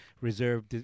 Reserve